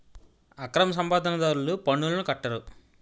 అక్రమ సంపాదన దారులు పన్నులను కట్టరు